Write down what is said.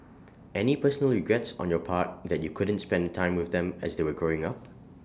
any personal regrets on your part that you couldn't spend time with them as they were growing up